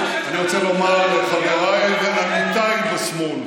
אני רוצה לומר לחבריי ולעמיתיי בשמאל: